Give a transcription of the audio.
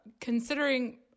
considering